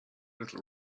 little